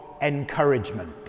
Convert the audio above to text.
encouragement